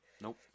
Nope